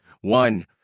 One